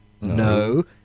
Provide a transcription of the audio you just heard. No